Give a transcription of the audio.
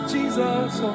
Jesus